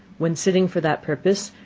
when sitting for that purpose,